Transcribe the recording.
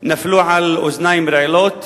נפלו על אוזניים ערלות,